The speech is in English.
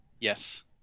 Yes